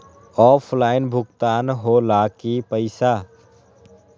Offline भुगतान हो ला कि पईसा?